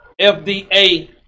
FDA